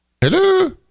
Hello